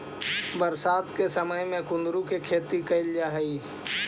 बरसात के समय में कुंदरू के खेती कैल जा हइ